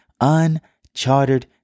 unchartered